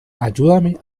ayúdame